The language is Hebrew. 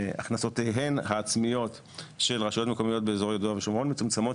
שהכנסותיהן העצמיות של רשויות מקומיות באזור יהודה ושומרון מצומצמות